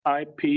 IP